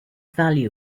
value